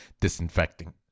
disinfecting